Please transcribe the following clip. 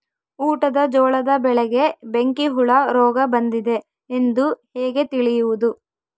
ಊಟದ ಜೋಳದ ಬೆಳೆಗೆ ಬೆಂಕಿ ಹುಳ ರೋಗ ಬಂದಿದೆ ಎಂದು ಹೇಗೆ ತಿಳಿಯುವುದು?